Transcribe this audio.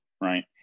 right